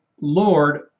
Lord